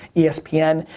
espn,